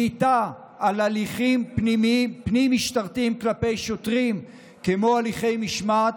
שליטה על הליכים פנים-משטרתיים כלפי שוטרים כמו הליכי משמעת,